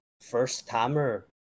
first-timer